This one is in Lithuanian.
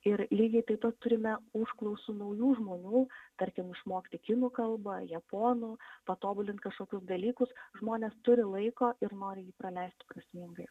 ir lygiai taip pat turime užklausų naujų žmonių tarkim išmokti kinų kalbą japonų patobulint kažkokius dalykus žmonės turi laiko ir nori jį praleisti prasmingai